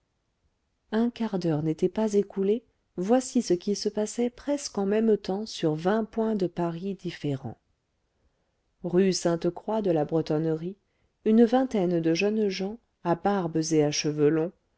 un quart d'heure n'était pas écoulé voici ce qui se passait presque en même temps sur vingt points de paris différents rue sainte croix de la bretonnerie une vingtaine de jeunes gens à barbes et à cheveux longs